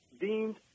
deemed